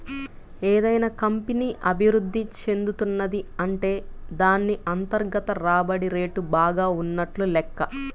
ఏదైనా కంపెనీ అభిరుద్ధి చెందుతున్నది అంటే దాన్ని అంతర్గత రాబడి రేటు బాగా ఉన్నట్లు లెక్క